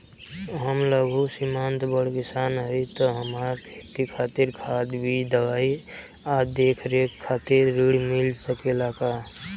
हम लघु सिमांत बड़ किसान हईं त हमरा खेती खातिर खाद बीज दवाई आ देखरेख खातिर ऋण मिल सकेला का?